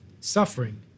Suffering